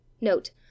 Note